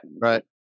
Right